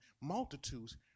multitudes